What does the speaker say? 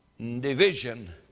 Division